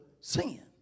sin